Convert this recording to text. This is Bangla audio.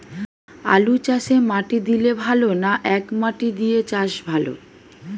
আলুচাষে মাটি দিলে ভালো না একমাটি দিয়ে চাষ ভালো?